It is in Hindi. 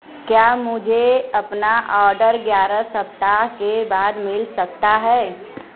क्या मुझे अपना ऑर्डर ग्यारह सप्ताह के बाद मिल सकता है